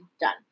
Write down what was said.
done